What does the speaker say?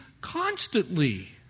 constantly